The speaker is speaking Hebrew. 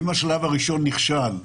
אם השלב הראשון נכשל,